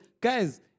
Guys